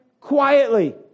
quietly